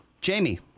Jamie